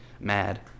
mad